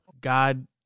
God